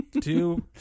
two